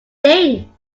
thing